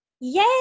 Yay